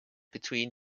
between